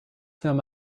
them